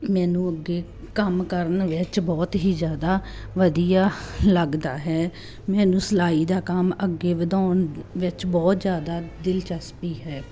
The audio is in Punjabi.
ਮੈਨੂੰ ਅੱਗੇ ਕੰਮ ਕਰਨ ਵਿੱਚ ਬਹੁਤ ਹੀ ਜਿਆਦਾ ਵਧੀਆ ਲੱਗਦਾ ਹੈ ਮੈਨੂੰ ਸਿਲਾਈ ਦਾ ਕੰਮ ਅੱਗੇ ਵਧਾਉਣ ਵਿੱਚ ਬਹੁਤ ਜਿਆਦਾ ਦਿਲਚਸਪੀ ਹੈ